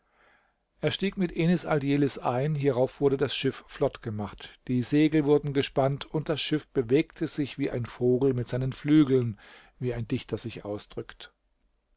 er stieg mit enis aldjelis ein hierauf wurde das schiff flott gemacht die segel wurden gespannt und das schiff bewegte sich wie ein vogel mit seinen flügeln wie ein dichter sich ausdrückt